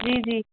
جی جی